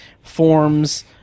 forms